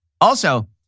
Also-